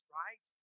right